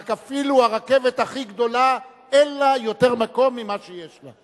רק אפילו הרכבת הכי גדולה אין בה יותר מקום ממה שיש לה.